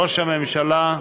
ראש הממשלה,